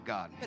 God